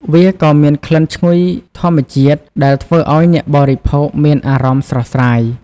វាក៏មានក្លិនឈ្ងុយធម្មជាតិដែលធ្វើឲ្យអ្នកបរិភោគមានអារម្មណ៍ស្រស់ស្រាយ។